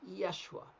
Yeshua